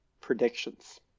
predictions